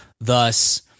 thus